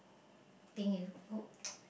thing you put